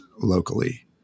locally